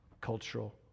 cultural